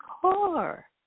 car